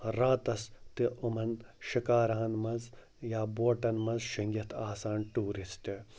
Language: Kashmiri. راتَس تہِ یِمَن شِکاراہَن منٛز یا بوٹَن منٛز شیٚنگِتھ آسان ٹوٗرِسٹ